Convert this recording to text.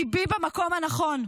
ליבי במקום הנכון,